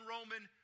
Roman